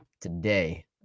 today